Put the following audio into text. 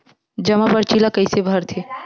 जमा परची ल कइसे भरथे?